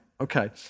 Okay